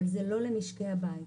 אבל זה לא למשקי הבית.